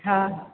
हा हा